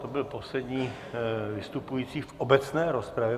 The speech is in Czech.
To byl poslední vystupující v obecné rozpravě.